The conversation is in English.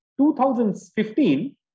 2015